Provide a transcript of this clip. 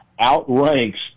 outranks